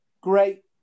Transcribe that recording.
great